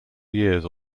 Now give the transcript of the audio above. years